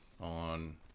on